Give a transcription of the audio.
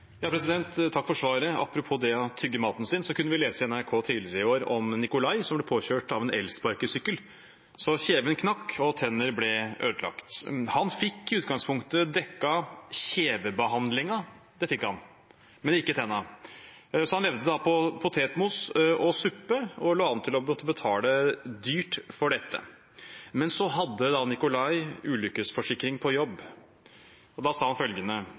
Takk for svaret. Apropos det å tygge maten sin: Vi kunne lese på NRK tidligere i år om Nikolai som ble påkjørt av en elsparkesykkel så kjeven knakk og tenner ble ødelagt. Han fikk i utgangspunktet dekket kjevebehandlingen, det fikk han, men ikke tennene. Så han levde da på potetmos og suppe og lå an til å måtte betale dyrt for dette. Men Nikolai hadde ulykkesforsikring gjennom jobb. Da sa han følgende: